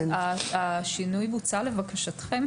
השינוי בוצע לבקשתכם,